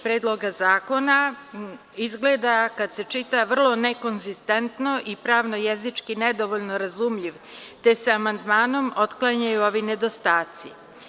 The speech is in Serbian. Predloga zakona izgleda kad se čita vrlo nekonzistentno i pravno jezički nedovoljno razumljiv, te se amandmanom otklanjaju ovi nedostaci.